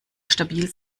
stabil